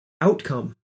outcome